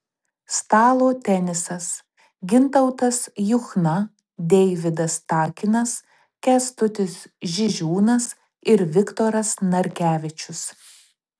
stalo tenisas gintautas juchna deividas takinas kęstutis žižiūnas ir viktoras narkevičius